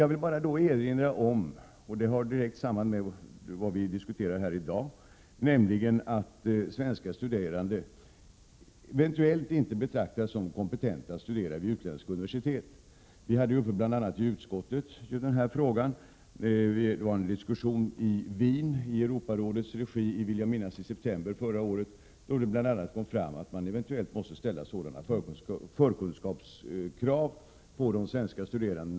Jag vill då bara erinra om, och det har ett direkt samband med det som vi diskuterar här i dag, att svenska studerande eventuellt inte kommer att betraktas som kompetenta att studera vid utländskt universitet. I utskottet tog vi upp bl.a. den frågan. I september förra året fördes nämligen en diskussion i Wien i Europarådets regi, om jag minns rätt, och då kom man bl.a. fram till att man eventuellt måste ställa förkunskapskrav beträffande svenska studerande.